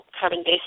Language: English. carbon-based